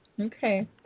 Okay